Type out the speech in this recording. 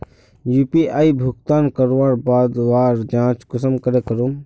UPI भुगतान करवार बाद वहार जाँच कुंसम करे करूम?